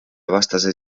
vastase